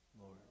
Lord